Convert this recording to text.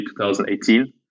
2018